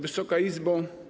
Wysoka Izbo!